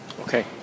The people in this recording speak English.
Okay